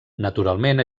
naturalment